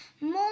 more